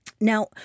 Now